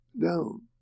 down